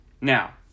Now